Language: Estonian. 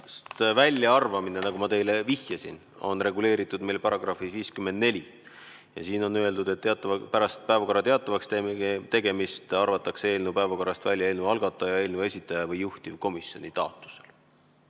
väljaarvamine, nagu ma vihjasin, on reguleeritud meil §‑s 54. Siin on öeldud: "Pärast päevakorra teatavakstegemist arvatakse eelnõu päevakorrast välja eelnõu algataja, eelnõu esitaja või juhtivkomisjoni taotlusel."